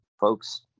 folks